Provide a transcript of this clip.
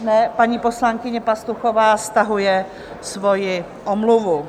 Ne, paní poslankyně Pastuchová stahuje svoji omluvu.